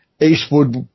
Eastwood